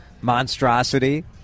monstrosity